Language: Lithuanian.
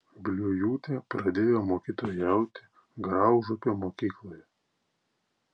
bliujūtė pradėjo mokytojauti graužupio mokykloje